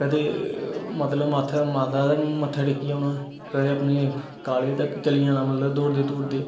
कंदे मतलब माता दे मत्था टेकी ओना कंदे अपनी काॅलेज तक चली जाना मतलब दौड़दे दौड़दे